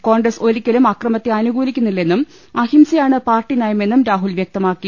കോൺഗ്രസ് ഒരിക്കലും അക്രമത്തെ അനുകൂലിക്കുന്നില്ലെന്നും അഹിംസയാണ് പാർട്ടി നയമെന്നും രാഹുൽ വ്യക്തമാക്കി